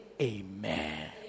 amen